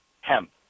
hemp